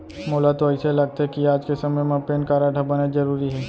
मोला तो अइसे लागथे कि आज के समे म पेन कारड ह बनेच जरूरी हे